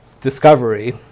discovery